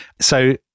So-